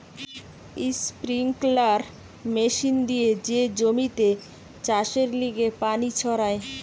sprinkler machine দিয়ে যে জমিতে চাষের লিগে পানি ছড়ায়